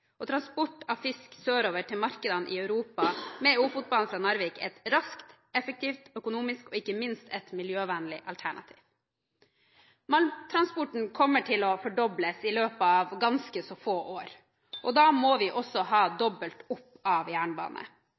Transport av fisk sørover til markedene i Europa med Ofotbanen fra Narvik er et raskt, effektivt, økonomisk og ikke minst miljøvennlig alternativ. Malmtransporten kommer til å fordobles i løpet av ganske få år, og da må vi også ha dobbelt opp av jernbane.